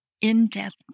in-depth